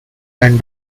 and